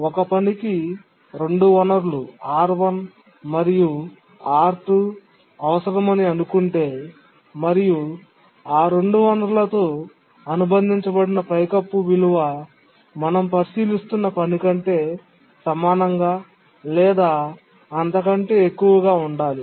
ఒక పనికి రెండు వనరులు R1 మరియు R2 అవసరమని అనుకుంటే మరియు ఆ రెండు వనరులతో అనుబంధించబడిన పైకప్పు విలువ మనం పరిశీలిస్తున్న పని కంటే సమానంగా లేదా అంతకంటే ఎక్కువగా ఉండాలి